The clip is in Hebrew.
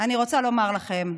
אני רוצה לומר לכם,